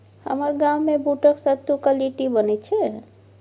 हमर गाममे बूटक सत्तुक लिट्टी बनैत छै